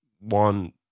one